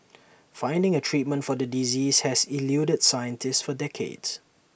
finding A treatment for the disease has eluded scientists for decades